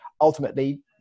ultimately